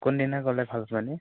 কোনদিনা গ'লে ভাল হ'ব এনেই